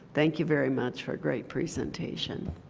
thank you very much for a great presentation.